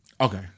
Okay